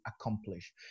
accomplish